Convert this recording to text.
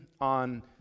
on